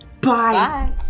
Bye